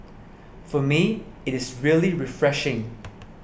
for me it is really refreshing